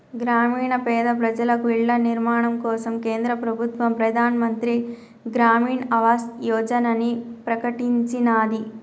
గ్రామీణ పేద ప్రజలకు ఇళ్ల నిర్మాణం కోసం కేంద్ర ప్రభుత్వం ప్రధాన్ మంత్రి గ్రామీన్ ఆవాస్ యోజనని ప్రకటించినాది